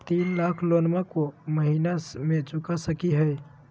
तीन लाख लोनमा को महीना मे चुका सकी हय?